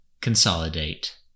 consolidate